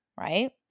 right